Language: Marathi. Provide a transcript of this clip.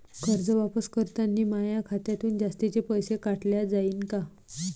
कर्ज वापस करतांनी माया खात्यातून जास्तीचे पैसे काटल्या जाईन का?